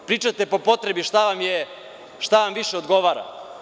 Pričate po potrebi šta vam više odgovara.